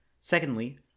secondly